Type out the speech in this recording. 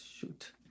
Shoot